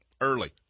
early